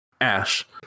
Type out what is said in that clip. Ash